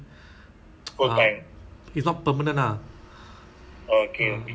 be eager to you know um ya